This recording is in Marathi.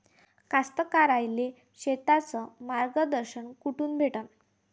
कास्तकाराइले शेतीचं मार्गदर्शन कुठून भेटन?